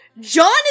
John